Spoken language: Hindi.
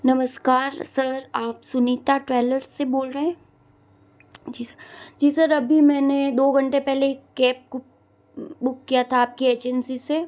नमस्कार सर आप सुनीता टुवेलर से बोल रहे हैं जी सर जी सर अभी दो घंटे पहले एक कैब कुक बुक किया था आप की एजेंसी से